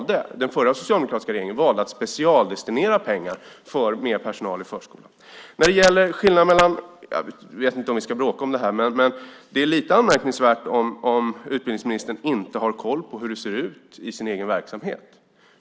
Den förra, socialdemokratiska regeringen valde ju att specialdestinera pengar för mer personal i förskolan. Jag vet inte om vi ska bråka om det här, men det är lite anmärkningsvärt om utbildningsministern inte har koll på hur det ser ut i hans egen verksamhet.